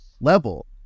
level